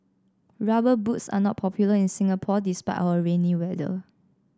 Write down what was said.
rubber boots are not popular in Singapore despite our rainy weather